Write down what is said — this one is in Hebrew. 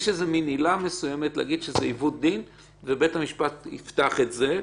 יש מעין עילה מסוימת להגיד שזה עיוות דין ובית המשפט יפתח את זה.